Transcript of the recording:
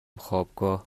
خوابگاه